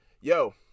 Yo